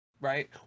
Right